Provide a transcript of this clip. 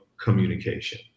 communication